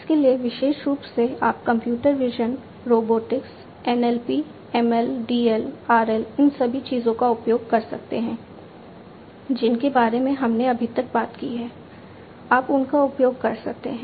इसके लिए विशेष रूप से आप computer vision robotics NLP ML DL RL इन सभी चीजों का उपयोग कर सकते हैं जिनके बारे में हमने अभी तक बात की है आप उनका उपयोग कर सकते हैं